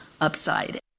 upside